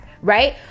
right